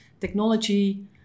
technology